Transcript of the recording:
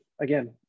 again